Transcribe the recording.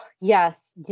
yes